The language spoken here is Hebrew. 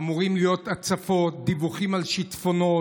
אמורות להיות הצפות, דיווחים על שיטפונות,